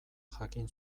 jakin